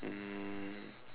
um